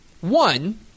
One